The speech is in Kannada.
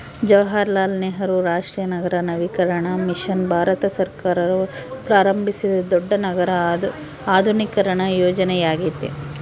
ಜವಾಹರಲಾಲ್ ನೆಹರು ರಾಷ್ಟ್ರೀಯ ನಗರ ನವೀಕರಣ ಮಿಷನ್ ಭಾರತ ಸರ್ಕಾರವು ಪ್ರಾರಂಭಿಸಿದ ದೊಡ್ಡ ನಗರ ಆಧುನೀಕರಣ ಯೋಜನೆಯ್ಯಾಗೆತೆ